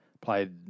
played